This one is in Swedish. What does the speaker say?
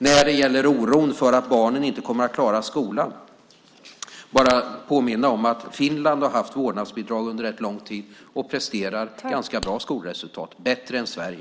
När det gäller oron för att barnen inte kommer att klara skolan vill jag bara påminna om att Finland som har haft vårdnadsbidrag under rätt lång tid presterar ganska bra skolresultat, bättre än Sverige.